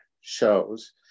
shows